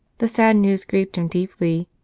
the sad news grieved him deeply,